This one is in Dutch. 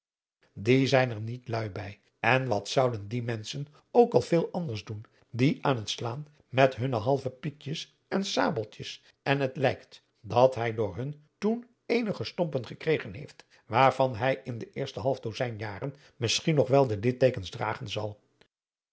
die zijn er niet lui bij en wat zouden die menschen ook al veel anders doen die aan het slaan met hunne halve piekjes en sabeltjes en het lijkt dat hij door hun toen eenige stompen gekregen heeft waarvan hij in de eerste half dozijn jaren misschien nog wel de lidteekens dragen zal